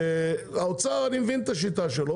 אני מבין את השיטה של האוצר.